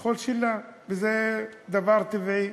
לשכול שלה, וזה דבר טבעי.